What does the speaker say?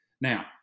Now